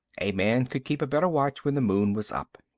a man could keep a better watch when the moon was up.